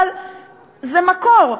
אבל זה מקור,